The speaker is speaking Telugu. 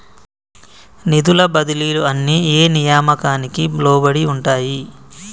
నిధుల బదిలీలు అన్ని ఏ నియామకానికి లోబడి ఉంటాయి?